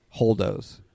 Holdo's